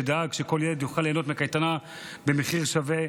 שדאג שכל ילד יוכל ליהנות מקייטנה במחיר שווה.